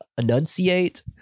enunciate